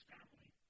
Family